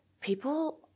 people